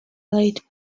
late